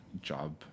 job